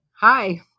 Hi